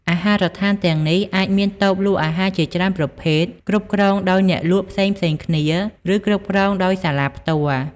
អាហារដ្ឋានទាំងនេះអាចមានតូបលក់អាហារជាច្រើនប្រភេទ គ្រប់គ្រងដោយអ្នកលក់ផ្សេងៗគ្នា ឬគ្រប់គ្រងដោយសាលាផ្ទាល់។